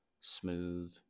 smooth